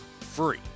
Free